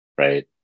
Right